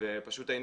פשוט כך.